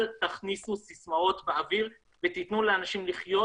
אל תכניסו סיסמאות באוויר ותנו לאנשים לחיות